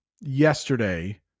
yesterday